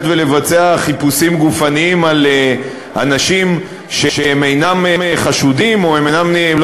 ולבצע חיפושים גופניים על אנשים שאינם חשודים או שלא